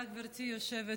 תודה, גברתי היושבת-ראש.